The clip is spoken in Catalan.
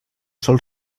sol